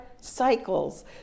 cycles